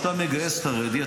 כשאתה מגייס חרדי,